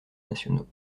nationaux